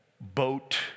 boat